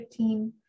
2015